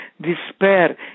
Despair